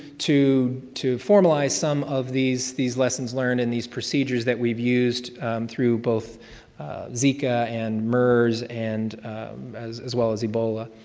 to to formalize some of these these lessons learned and these procedures that we've used through both zika and mers, and as as well as ebola,